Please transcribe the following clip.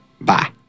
Bye